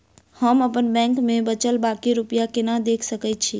हम अप्पन बैंक मे बचल बाकी रुपया केना देख सकय छी?